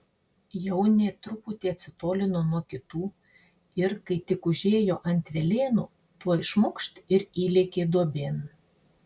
jaunė truputį atsitolino nuo kitų ir kai tik užėjo ant velėnų tuoj šmukšt ir įlėkė duobėn